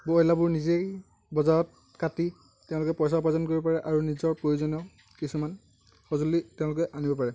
ব্ৰয়লাৰবোৰ নিজেই বজাৰত কাটি তেওঁলোকে পইচা উপাৰ্জন কৰিব পাৰে আৰু নিজৰ প্ৰয়োজনীয় কিছুমান সঁজুলি তেওঁলোকে আনিব পাৰে